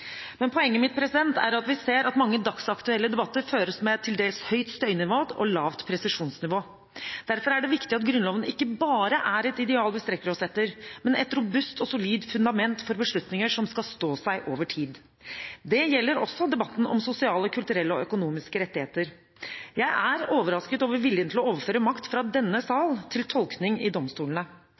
men et robust og solid fundament for beslutninger som skal stå seg over tid. Det gjelder også debatten om sosiale, kulturelle og økonomiske rettigheter. Jeg er overrasket over viljen til å overføre makt fra denne sal til tolkning i domstolene.